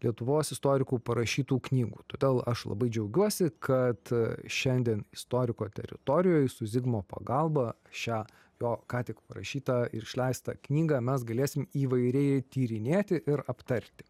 lietuvos istorikų parašytų knygų todėl aš labai džiaugiuosi kad šiandien istoriko teritorijoj su zigmo pagalba šią jo ką tik parašytą ir išleistą knygą mes galėsim įvairiai tyrinėti ir aptarti